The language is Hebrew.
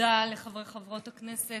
תודה לחברי וחברות הכנסת,